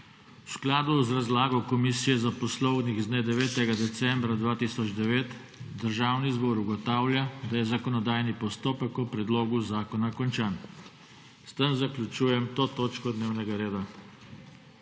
V skladu z razlago Komisije za poslovnik z dne 9. decembra 2009 Državni zbor ugotavlja, da je zakonodajni postopek o predlogu zakona končan. S tem zaključujem to točko dnevnega reda.